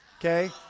okay